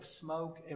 smoke